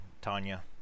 Tanya